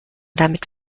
damit